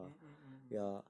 mm mm mm mm mm